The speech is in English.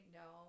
no